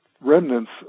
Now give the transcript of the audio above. remnants